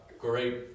great